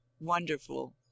wonderful